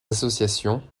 associations